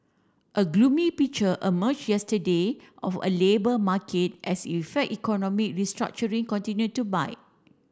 a gloomy picture emerge yesterday of a labour market as effect economy restructuring continue to bite